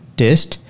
test